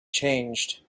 changed